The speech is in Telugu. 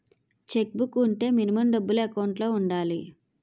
చెక్ బుక్ వుంటే మినిమం డబ్బులు ఎకౌంట్ లో ఉండాలి?